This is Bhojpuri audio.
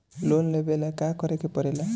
लोन लेबे ला का करे के पड़े ला?